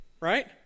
right